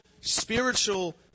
spiritual